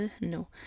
no